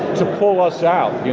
to pull us out.